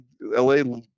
LA